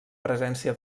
presència